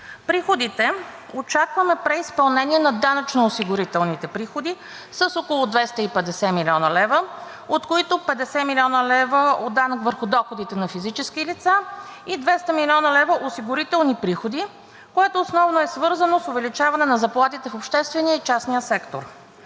Приходите. Очакваме преизпълнение на данъчно-осигурителните приходи с около 250 млн. лв., от които 50 млн. лв. от данък върху доход на физически лица и 200 млн. лв. осигурителни приходи, което основно е свързано с увеличаване на заплатите в обществения и частния сектор.